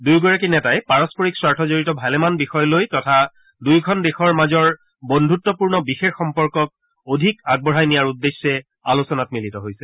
দুয়োগৰাকী নেতাই পাৰস্পৰিক স্বাৰ্থ জৰিত ভালেমান বিষয় লৈ তথা দুয়োখন দেশৰ মাজৰ বন্ধুত্বপূৰ্ণ বিশেষ সম্পৰ্কক অধিক আগবঢ়াই নিয়াৰ উদ্দেশ্যে আলোচনাত মিলিত হৈছে